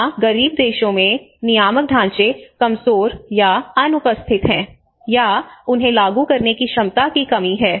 यहां गरीब देशों में नियामक ढांचे कमजोर या अनुपस्थित हैं या उन्हें लागू करने की क्षमता की कमी है